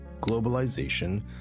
globalization